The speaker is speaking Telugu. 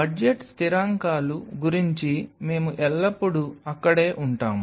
బడ్జెట్ స్థిరాంకాలు గురించి మేము ఎల్లప్పుడూ అక్కడే ఉంటాము